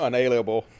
Unalienable